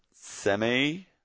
semi